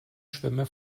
schwemme